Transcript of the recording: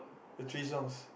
the three songs